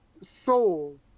Soul